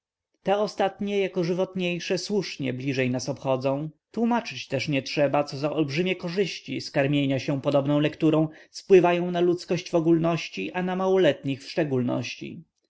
te ostatnie jako żywotniejsze słusznie bliżj nas obchodzą tłumaczyć też nie trzeba co za olbrzymie korzyści z karmienia się podobną lekturą spływają na ludzkość w ogólności a na małoletnich w szczególności